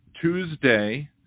Tuesday